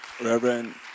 Reverend